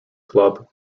club